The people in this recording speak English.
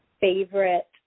favorite